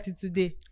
today